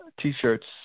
t-shirts